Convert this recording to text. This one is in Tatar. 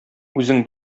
үзең